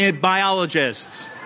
biologists